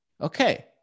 okay